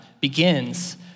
begins